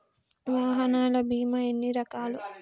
వాహనాల బీమా ఎన్ని రకాలు?